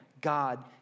God